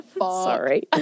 sorry